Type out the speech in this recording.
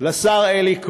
לשר אלי כהן,